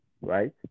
right